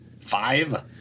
five